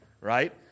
right